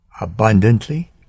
abundantly